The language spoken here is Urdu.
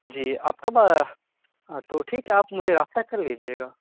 جی آپ کب تو ٹھیک ہے آپ مجھے رابطہ کر لیجیے گا